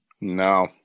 No